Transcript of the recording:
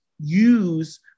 use